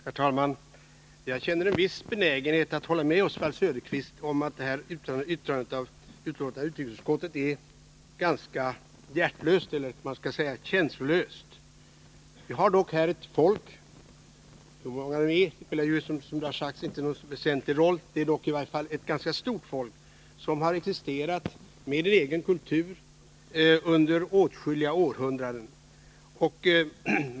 Herr talman! Jag känner en viss benägenhet att hålla med Oswald Söderqvist om att det här uttalandet av utrikesutskottet är ganska känslolöst. Vi har dock här ett folk — hur många de är spelar, som det har sagts, inte någon väsentlig roll, det är i varje fall ett ganska stort folk — som har existerat med egen kultur under åtskilliga århundraden.